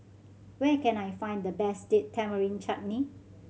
where can I find the best Date Tamarind Chutney